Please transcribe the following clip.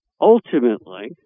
ultimately